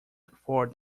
before